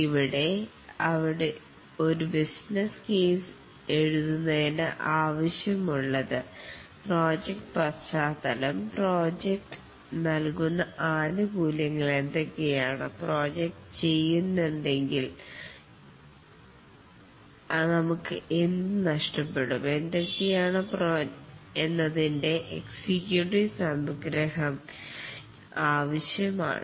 ഇവിടെ ഒരു business case എഴുതുന്നതിന് ആവശ്യമുള്ളത് പ്രോജക്ട് പശ്ചാത്തലം പ്രോജക്ട് നൽകുന്ന ആനുകൂല്യങ്ങൾ എന്തൊക്കെയാണ് പ്രൊജക്റ്റ് ചെയ്യുന്നില്ലെങ്കിൽ നമുക്ക് എന്തു നഷ്ടപ്പെടും എന്തൊക്കെയാണ് എന്നതിൻറെ എക്സിക്യൂട്ടീവ് സംഗ്രഹം ആവശ്യമാണ്